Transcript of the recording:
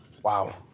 Wow